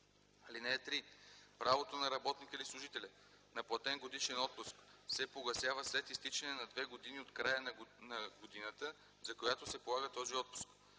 му. (3) Правото на работника или служителя на платен годишен отпуск се погасява след изтичане на две години от края на годината, за която се полага този отпуск.